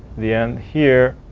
the end here.